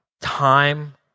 time